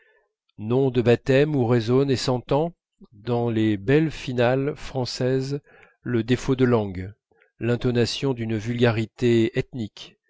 noms de baptême où résonne et s'entend dans les belles finales françaises le défaut de langue l'intonation d'une vulgarité